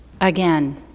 again